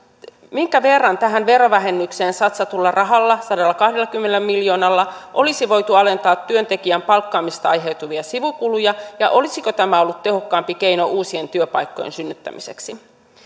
minkä verran tähän verovähennykseen satsatulla rahalla sadallakahdellakymmenellä miljoonalla olisi voitu alentaa työntekijän palkkaamisesta aiheutuvia sivukuluja ja olisiko tämä ollut tehokkaampi keino uusien työpaikkojen synnyttämiseksi